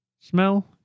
smell